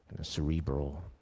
cerebral